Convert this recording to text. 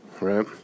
right